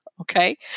Okay